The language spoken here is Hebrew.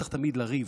לא צריך תמיד לריב,